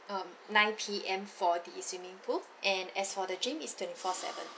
um nine P_M for the swimming pool and as for the gym is twenty four seven